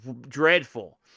dreadful